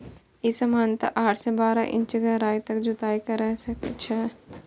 ई सामान्यतः आठ सं बारह इंच गहराइ तक जुताइ करै छै